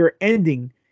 ending